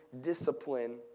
discipline